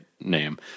name